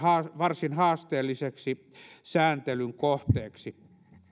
varsin haasteelliseksi sääntelyn kohteeksi